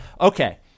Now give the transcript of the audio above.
okay